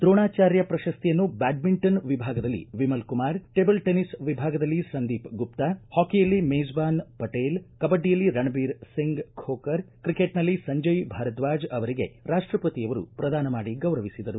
ದ್ರೋಣಾಚಾರ್ಯ ಪ್ರಶಸ್ತಿಯನ್ನು ಬ್ಯಾಡ್ಮಿಂಟನ್ ವಿಭಾಗದಲ್ಲಿ Vimal Kumar table tennis ವಿಭಾಗದಲ್ಲಿ ಸಂದೀಪ್ ಗುಪ್ತಾ ಹಾಕಿಯಲ್ಲಿ ಮೆಜ್ಜಾನ್ ಪಟೇಲ್ ಕಬಡ್ಡಿಯಲ್ಲಿ ರಣಬೀರ್ ಸಿಂಗ್ ಮೋಕರ್ ಕ್ರಿಕೆಟ್ನಲ್ಲಿ ಸಂಜಯ್ ಭಾರದ್ವಾಜ್ ಅವರಿಗೆ ರಾಷ್ಟಪತಿಯವರು ಪ್ರದಾನ ಮಾಡಿ ಗೌರವಿಸಿದರು